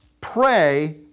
pray